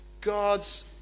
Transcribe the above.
god's